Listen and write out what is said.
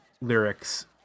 lyrics